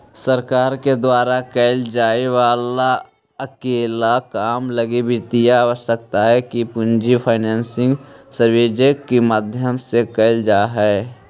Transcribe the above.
सरकार के द्वारा कैल जाए वाला हरेक काम लगी वित्तीय आवश्यकता के पूर्ति फाइनेंशियल सर्विसेज के माध्यम से कैल जा हई